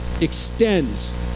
extends